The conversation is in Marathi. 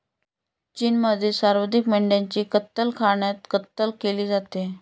चीनमध्ये सर्वाधिक मेंढ्यांची कत्तलखान्यात कत्तल केली जाते